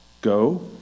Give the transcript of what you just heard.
Go